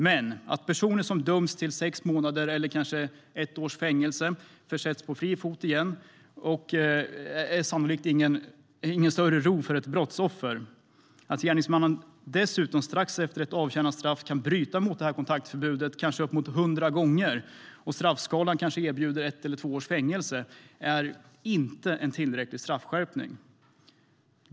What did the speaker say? Men att personer som dömts till sex månaders eller kanske ett års fängelse försätts på fri fot igen ger sannolikt ingen större ro åt ett brottsoffer. Att gärningsmannen dessutom strax efter ett avtjänat straff kan bryta mot kontaktförbudet, kanske upp mot hundra gånger, och att straffskalan erbjuder kanske ett eller två års fängelse är inte en tillräcklig straffskärpning.